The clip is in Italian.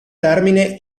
termine